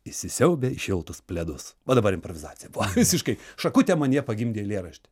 įsisiaubę į šiltus pledus va dabar improvizacija buvo visiškai šakutė manyje pagimdė eilėraštį